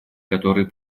который